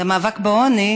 למאבק בעוני,